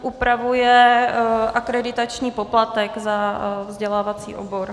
Upravuje akreditační poplatek za vzdělávací obor.